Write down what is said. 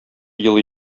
елый